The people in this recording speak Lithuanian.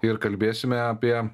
ir kalbėsime apie